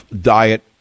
diet